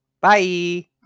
Bye